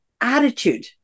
attitude